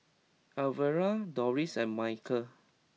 Alvera Dorris and Michel